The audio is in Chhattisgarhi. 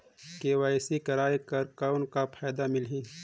के.वाई.सी कराय कर कौन का फायदा मिलही?